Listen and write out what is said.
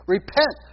Repent